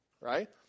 right